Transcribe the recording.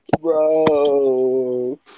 Bro